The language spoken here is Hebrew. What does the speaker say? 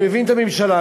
אני מבין את הממשלה,